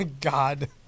God